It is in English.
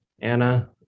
Anna